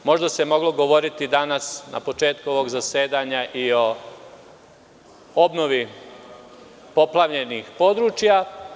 Možda se moglo govoriti danas, na početku ovog zasedanja, i o obnovi poplavljenih područja.